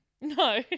No